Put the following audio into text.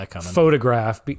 Photograph